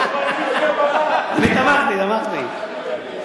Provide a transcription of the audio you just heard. אתה היית, נגד האוצר?